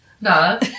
No